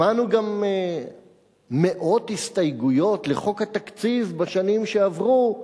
שמענו גם מאות הסתייגויות לחוק התקציב בשנים שעברו,